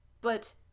But